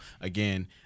again